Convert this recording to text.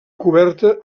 coberta